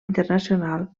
internacional